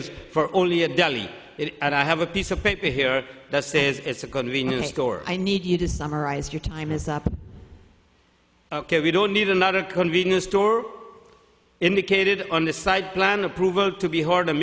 e for only a deli and i have a piece of paper here that says it's a convenience store i need you to summarize your time is up ok we don't need another convenience store indicated on the site plan approval to be hard